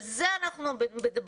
על זה אנחנו מדברים.